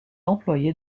employé